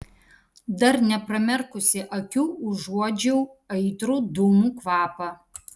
dar nepramerkusi akių užuodžiau aitrų dūmų kvapą